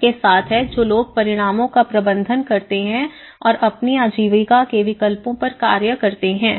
के साथ है जो लोग परिणामों का प्रबंधन करते हैं और अपनी आजीविका के विकल्पों पर कार्य करते हैं